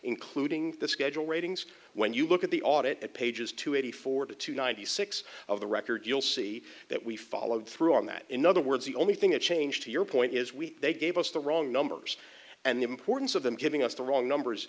including the schedule ratings when you look at the audit pages to eighty four to ninety six of the record you'll see that we followed through on that in other words the only thing that changed to your point is we they gave us the wrong numbers and the importance of them giving us the wrong numbers